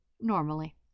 Normally